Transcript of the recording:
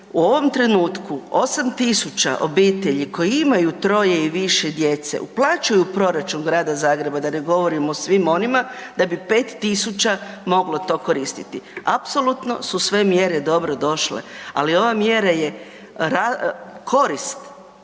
u ovom trenutku osam tisuća obitelji koji imaju troje i više djece, uplaćuju proračun Grada Zagreba da ne govorim o svim onima, da bi pet tisuća moglo to koristiti. Apsolutno su sve mjere dobrodošle, ali ova mjera je korist